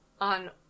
on